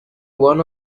one